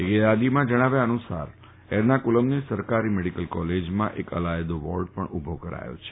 એક યાદીમાં જણાવ્યા અનુસાર એર્નાફૂલમની સરકારી મેડીકલ કોલેજમાં અલાયદો વોર્ડ ઉભો કરાયો છે